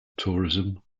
tourism